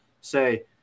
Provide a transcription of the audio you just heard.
say